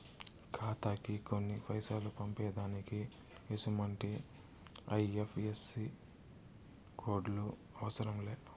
ఖాతాకి కొన్ని పైసలు పంపేదానికి ఎసుమంటి ఐ.ఎఫ్.ఎస్.సి కోడులు అవసరం లే